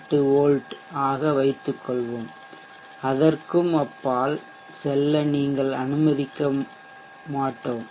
8 V ஆக வைத்துக்கொள்வோம் அதற்கும் அப்பால் செல்ல நாங்கள் அனுமதிக்க மாட்டோம்